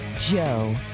Joe